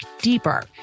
deeper